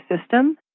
system